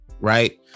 right